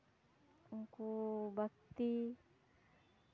ᱩᱱᱠᱩ ᱵᱟᱠᱛᱤ